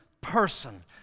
person